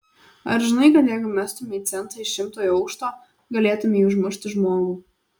ar žinai kad jeigu mestumei centą iš šimtojo aukšto galėtumei užmušti žmogų